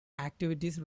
activities